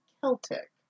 Celtic